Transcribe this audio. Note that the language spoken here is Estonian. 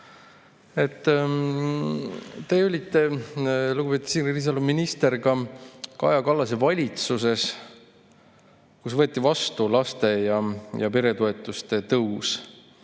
Te olite, lugupeetud Signe Riisalo, minister Kaja Kallase valitsuses, kui võeti vastu laste- ja peretoetuste tõus.